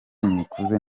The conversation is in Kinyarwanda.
nikuze